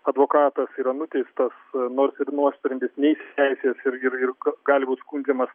advokatas yra nuteistas nors ir nuosprendis neįsiteisėjęs ir ir ir gali būt skundžiamas